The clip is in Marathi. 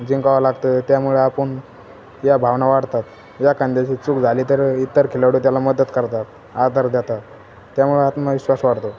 जिंकावं लागतं त्यामुळे आपण या भावना वाढतात या एखाद्याची चूक झाली तर इतर खेळाडू त्याला मदत करतात आदर देतात त्यामुळे आत्मविश्वास वाढतो